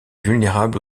vulnérable